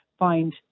find